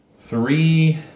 three